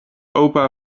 opa